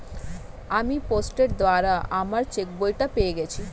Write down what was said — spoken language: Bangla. আমি পোস্টের দ্বারা আমার চেকবইটা পেয়ে গেছি